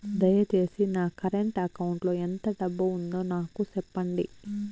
దయచేసి నా current account లో ఎంత డబ్బు ఉందో నాకు సెప్పండి